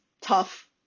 tough